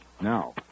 Now